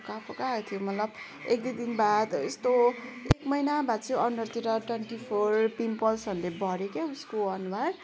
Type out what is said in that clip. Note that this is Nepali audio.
फोका आएको थियो मलाई पनि एक दुई दिन बाद यस्तो एक महिनाबाद चाहिँ अनुहारतिर डन्डिफोर पिम्पल्सहरूले भऱ्यो क्या उसको अनुहार